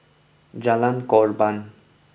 Jalan Korban